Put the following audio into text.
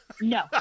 No